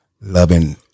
loving